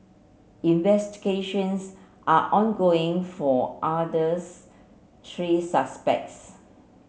investigations are ongoing for others three suspects